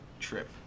trip